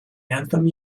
anthem